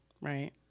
Right